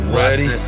ready